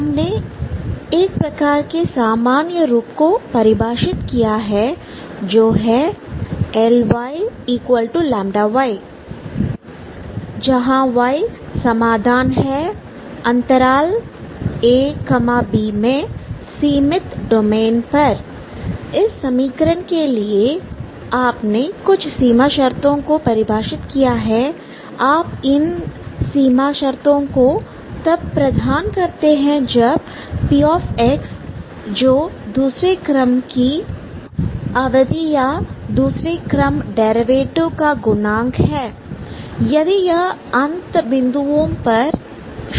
हमने एक प्रकार के सामान्य रूप को परिभाषित किया है जो है Ly λy जहां y समाधान है अंतरालa b में सीमित डोमेन पर इस समीकरण के लिए आपने कुछ सीमा शर्तों को परिभाषित किया है आप इन सीमा शर्तों को तब प्रदान करते हैं जब pxजो दूसरे क्रम की अवधी या दूसरे क्रम डेरिवेटिव का गुणांक है यदि यह अंत बिंदुओं पर 0 नहीं है